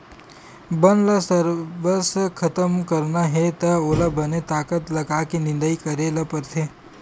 बन ल सरबस खतम करना हे त ओला बने ताकत लगाके निंदई करे ल परथे